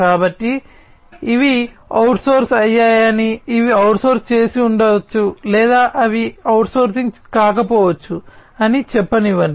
కాబట్టి ఇవి అవుట్సోర్స్ అయ్యాయని అవి అవుట్సోర్స్ చేసి ఉండవచ్చు లేదా అవి అవుట్సోర్సింగ్ కాకపోవచ్చు అని చెప్పనివ్వండి